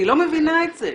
אני לא מבינה את זה.